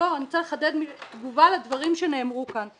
אני רוצה לחדד תגובה לדברים שנאמרו כאן.